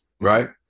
right